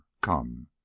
Come